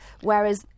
Whereas